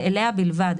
ואליה בלבד,